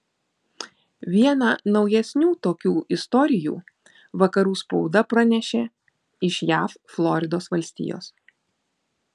vieną naujesnių tokių istorijų vakarų spauda pranešė iš jav floridos valstijos